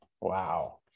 wow